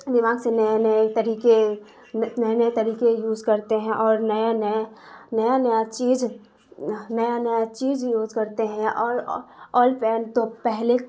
دماغ سے نئے نئے طریقے نئے نئے طریقے یوز کرتے ہیں اور نئے نئے نیا نیا چیز نیا نیا چیز یوز کرتے ہیں اور اولڈ پینٹ تو پہلے